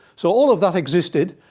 so all of that existed.